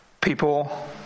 People